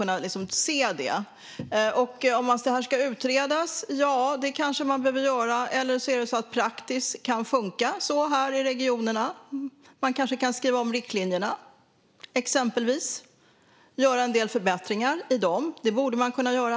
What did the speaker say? Man kanske behöver utreda detta, eller kanske kan praxis funka så i regionerna. Man kanske kan skriva om riktlinjerna exempelvis och göra en del förbättringar i dem. Det borde man kunna göra.